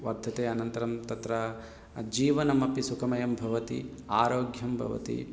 वर्धते अनन्तरं तत्र जीवनमपि सुखमयं भवति आरोग्यं भवति